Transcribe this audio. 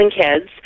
kids